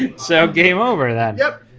so game over then? yep.